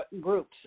groups